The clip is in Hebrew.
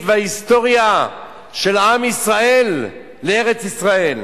וההיסטוריה של עם ישראל לארץ-ישראל.